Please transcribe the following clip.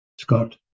Scott